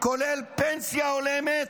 כולל פנסיה הולמת,